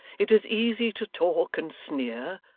it is easy to talk and sneer.